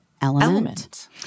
Element